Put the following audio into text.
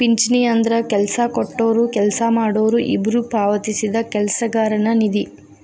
ಪಿಂಚಣಿ ಅಂದ್ರ ಕೆಲ್ಸ ಕೊಟ್ಟೊರು ಕೆಲ್ಸ ಮಾಡೋರು ಇಬ್ಬ್ರು ಪಾವತಿಸಿದ ಕೆಲಸಗಾರನ ನಿಧಿ